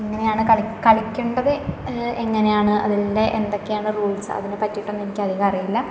എങ്ങിനെയാണ് കളി കളിക്കേണ്ടത് എങ്ങനെയാണ് അതിൻ്റെ എന്തൊക്കെയാണ് റൂൾസ് അതിനെപ്പറ്റീട്ടൊന്നും എനിക്ക് അധികം അറിയില്ല